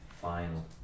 final